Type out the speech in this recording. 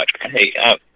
Hey